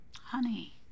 Honey